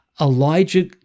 Elijah